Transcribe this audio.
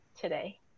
today